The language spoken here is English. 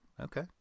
Okay